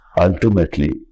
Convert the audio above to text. ultimately